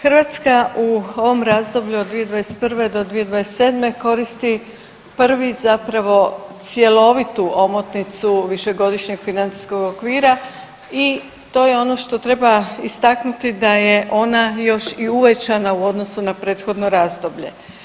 Hrvatska u ovom razdoblju od 2021. do 2027. koristi prvi zapravo cjelovitu omotnicu Višegodišnjeg financijskog okvira i to je ono što treba istaknuti da je ona još i uvećana u odnosu na prethodno razdoblje.